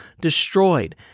destroyed